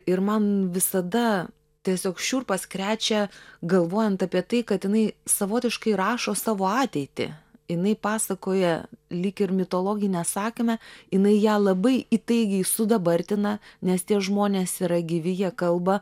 ir man visada tiesiog šiurpas krečia galvojant apie tai kad jinai savotiškai rašo savo ateitį jinai pasakoja lyg ir mitologinę sakmę jinai ją labai įtaigiai sudabartina nes tie žmonės yra gyvi jie kalba